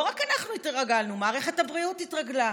לא רק אנחנו התרגלנו, מערכת הבריאות התרגלה.